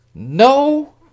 No